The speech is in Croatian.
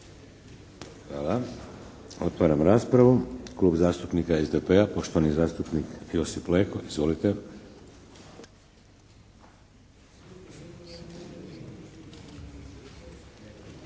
Hvala. Otvaram raspravu. Klub zastupnika SDP-a, poštovani zastupnik Josip Leko. Izvolite.